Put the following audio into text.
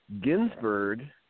Ginsburg